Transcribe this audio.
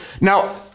Now